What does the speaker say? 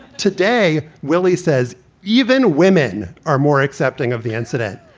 today, willie says even women are more accepting of the incident.